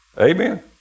Amen